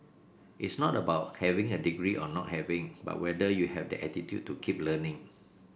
it's not about having a degree or not having but whether you have that attitude to keep learning